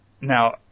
Now